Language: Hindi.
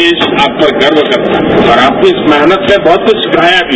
देश आप पर गर्व करता है और आपकी इस मेहनत ने बहुत कुछ सिखाया भी